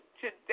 today